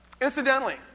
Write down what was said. Incidentally